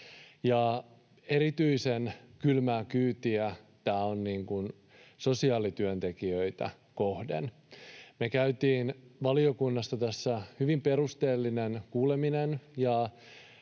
Erityisen kylmää kyytiä tämä on sosiaalityöntekijöitä kohden. Me käytiin valiokunnassa tästä hyvin perusteellinen kuuleminen